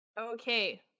okay